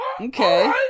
Okay